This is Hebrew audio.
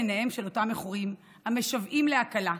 הבט בעיניהם של אותם מכורים המשוועים להקלה.